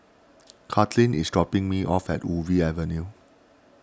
Katlin is dropping me off at Ubi Avenue